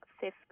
fifth